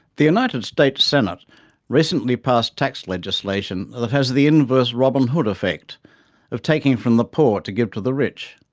the united states senate recently passed tax legislation that has the inverse robin hood effect of taking from the poor to give to the rich.